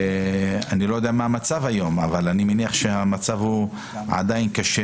אני לא יודע מה המצב היום אבל אני מניח שהמצב עדיין קשה